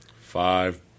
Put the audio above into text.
Five